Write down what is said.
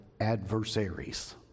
adversaries